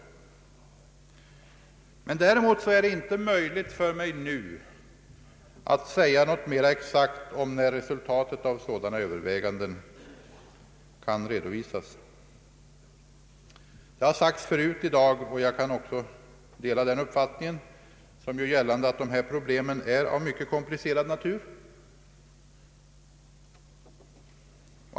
Däremot är det inte möjligt för mig att nu säga något mera exakt om när resultatet av sådana överväganden kan redovisas. Det har sagts förut i dag — och jag kan dela den uppfattningen — att dessa problem är av mycket komplicerad natur.